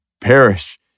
perish